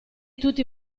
tutti